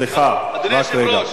סליחה, רק רגע.